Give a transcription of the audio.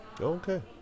Okay